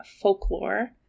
Folklore